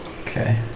Okay